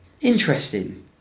interesting